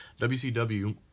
wcw